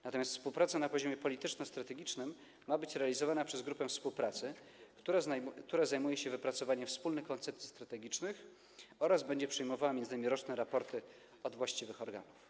Natomiast współpraca na poziomie polityczno-strategicznym ma być realizowana przez grupę współpracy, która zajmuje się wypracowaniem wspólnych koncepcji strategicznych oraz przyjmowaniem m.in. rocznych raportów od właściwych organów.